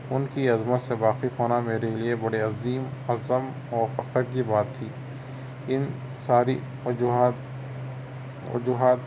اُن کی عظمت سے واقف ہونا میرے لئے بڑے عظیم عزم اور فخر کی بات تھی اِن ساری وجوہات وجوہات